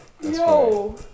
Yo